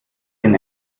den